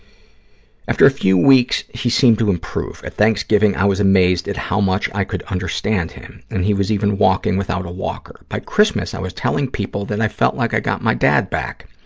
after a few weeks, he seemed to improve. at thanksgiving i was amazed at how much i could understand him, and he was even walking without a walker. by christmas, i was telling people that i felt like i got my dad back.